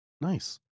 Nice